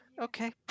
okay